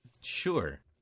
Sure